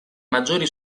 maggiori